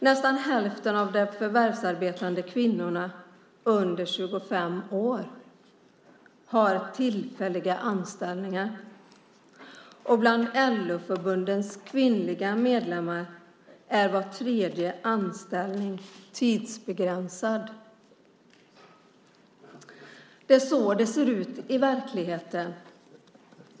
Nästan hälften av de förvärvsarbetande kvinnorna under 25 år har tillfälliga anställningar. Bland LO-förbundens kvinnliga medlemmar är var tredje anställning tidsbegränsad. Det är så det ser ut i verkligheten.